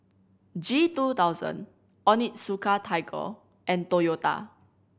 G two thousand Onitsuka Tiger and Toyota